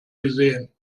gesehen